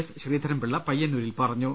S Sreedharan Pillai പയ്യന്നൂരിൽ പറ ഞ്ഞു